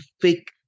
fake